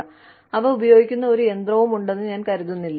ഇനി അവ ഉപയോഗിക്കുന്ന ഒരു യന്ത്രവും ഉണ്ടെന്ന് ഞാൻ കരുതുന്നില്ല